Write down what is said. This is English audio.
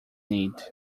need